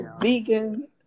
vegan